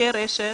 ניתוקי רשת